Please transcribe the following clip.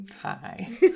hi